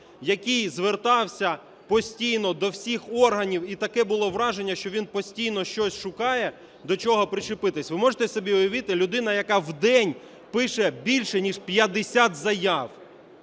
який звертався постійно до всіх органів, і таке було враження, що він постійно щось шукає, до чого причепитися. Ви можете собі уявити, людина, яка в день пише більше ніж 50 заяв